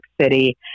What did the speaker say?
City